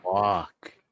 Fuck